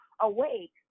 awake